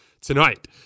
tonight